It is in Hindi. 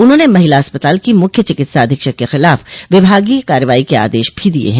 उन्होंने महिला अस्पताल की मुख्य चिकित्सा अधीक्षक के खिलाफ विभागीय कार्रवाई के आदेश भी दिए हैं